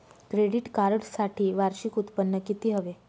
Credit कार्डसाठी वार्षिक उत्त्पन्न किती हवे?